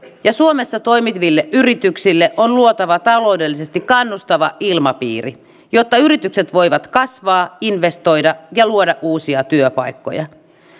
ja suomessa toimiville yrityksille on luotava taloudellisesti kannustava ilmapiiri jotta yritykset voivat kasvaa investoida ja luoda uusia työpaikkoja